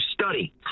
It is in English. study